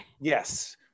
Yes